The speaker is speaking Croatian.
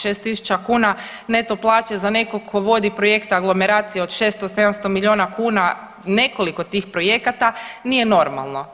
6.000 kuna neto plaće za nekog tko vodi projekt aglomeracije od 600-700 miliona kuna, nekoliko tih projekata nije normalno.